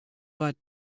but